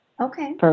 Okay